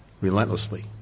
relentlessly